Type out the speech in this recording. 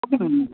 ಹ್ಞೂ